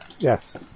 Yes